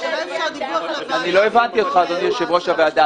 אולי נעשה שהדיווח לוועדה --- אני לא הבנתי אדוני יושב-ראש הוועדה,